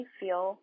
feel